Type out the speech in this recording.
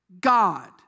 God